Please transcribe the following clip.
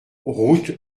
route